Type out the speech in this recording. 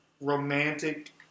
romantic